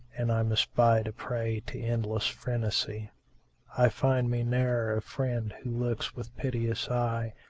and i must bide a prey to endless phrenesy i find me ne'er a friend who looks with piteous eye,